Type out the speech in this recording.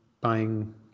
buying